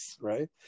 Right